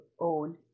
own